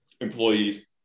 employees